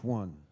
one